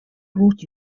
brought